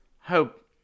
hope